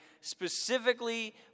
specifically